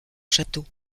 château